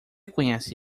conhece